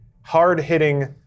hard-hitting